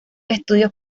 estudios